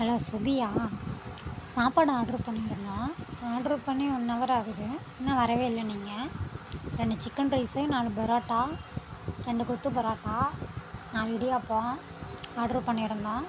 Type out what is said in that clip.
hello சுவிகியா சாப்பாடு order பண்ணியிருந்தோம் ஆர்டர் பண்ணி ஒன் அவர் ஆகுது இன்னும் வரவே இல்லை நீங்கள் ரெண்டு சிக்கன் ரைசு நாலு பரோட்டா ரெண்டு கொத்து பரோட்டா நாலு இடியாப்பம் ஆர்டர் பண்ணியிருந்தோம்